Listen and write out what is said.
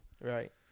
Right